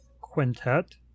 Quintet